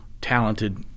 talented